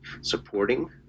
supporting